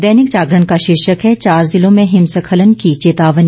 दैनिक जागरण का शीर्षक है चार जिलों में हिमस्खलन की चेतावनी